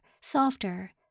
softer